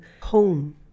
home